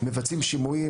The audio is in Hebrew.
מבצעים שימועים,